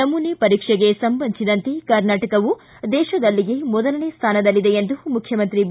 ನಮೂನೆ ಪರೀಕ್ಷೆಗೆ ಸಂಬಂಧಿಸಿದಂತೆ ಕರ್ನಾಟಕವು ದೇಶದಲ್ಲಿಯೇ ಮೊದಲ ಸ್ವಾನದಲ್ಲಿದೆ ಎಂದು ಮುಖ್ಯಮಂತ್ರಿ ಬಿ